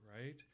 right